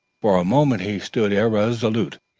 for a moment he stood irresolute,